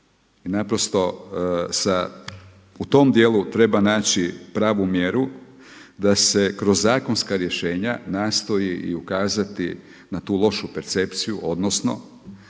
naprosto u tom dijelu treba naći pravu mjeru da se kroz zakonska rješenja nastoji i ukazati na tu lošu percepciju, odnosno